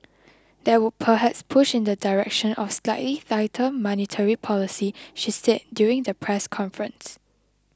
that would perhaps push in the direction of slightly tighter monetary policy she said during the press conference